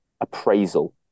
appraisal